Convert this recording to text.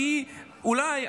שהיא אולי,